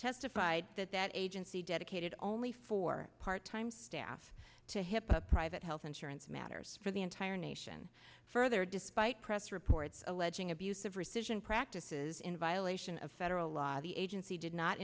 testified that that agency dedicated only for part time staff to hipaa private health insurance matters for the entire nation further despite press reports alleging abuse of rescission practices in violation of federal law the agency did not